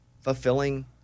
fulfilling